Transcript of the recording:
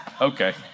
Okay